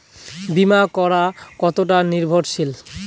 বীমা করা কতোটা নির্ভরশীল?